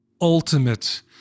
ultimate